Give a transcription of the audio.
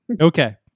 Okay